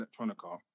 Electronica